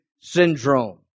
syndrome